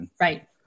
Right